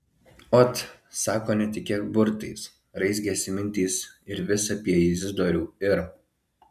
ot sako netikėk burtais raizgėsi mintys ir vis apie izidorių ir